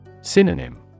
Synonym